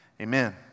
Amen